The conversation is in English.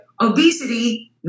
obesity